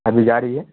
ابھی جا رہی ہے